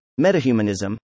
metahumanism